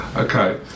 Okay